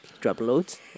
Droploads